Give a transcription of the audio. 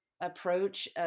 approach